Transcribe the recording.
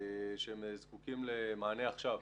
שהם זקוקים למענה עכשיו.